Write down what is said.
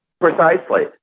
Precisely